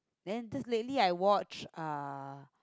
then just lately I watch uh